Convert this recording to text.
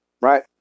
right